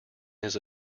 his